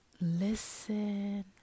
listen